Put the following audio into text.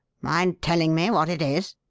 mind telling me what it is?